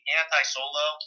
anti-Solo